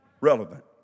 relevant